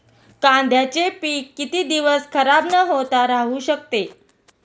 कांद्याचे पीक किती दिवस खराब न होता राहू शकते?